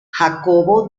jacobo